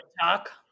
talk